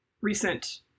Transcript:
recent